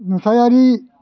नुथायारि